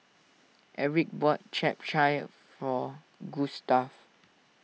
Erik bought Chap Chai for Gustave